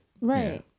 Right